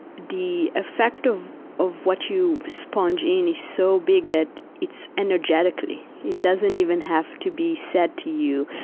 the effect of of what you sponge in is so big that it's energetically, it doesn't even have to be said to you.